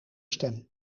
stem